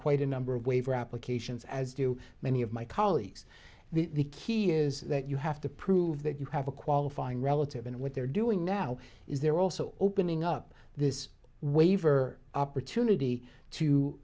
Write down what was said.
quite a number of waiver applications as do many of my colleagues the key is that you have to prove that you have a qualifying relative and what they're doing now is they're also opening up this waiver opportunity to